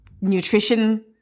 nutrition